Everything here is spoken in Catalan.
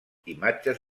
imatges